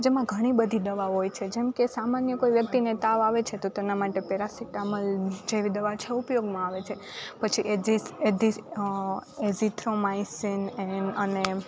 જેમાં ઘણી બધી દવાઓ હોય છે જેમકે સામાન્ય કોઈ વ્યકિતને તાવ આવે છે તો તેમના માટે પેરાસિટામલ જેવી દવા છો ઉપયોગમા આવે છે પછી એ ધિસ એ ધિસ એજીથ્રોમાઈસીન છે એન અને